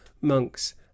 monks